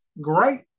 great